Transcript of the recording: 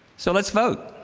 so let's vote